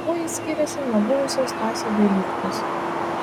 kuo jis skiriasi nuo buvusio stasio dailydkos